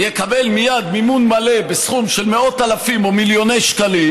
יקבל מייד מימון מלא בסכום של מאות אלפים או מיליוני שקלים,